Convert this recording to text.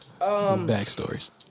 Backstories